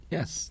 Yes